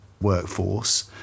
workforce